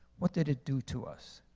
what did it do to us?